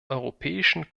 europäischen